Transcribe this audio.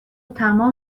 تمام